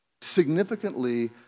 significantly